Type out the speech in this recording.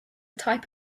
type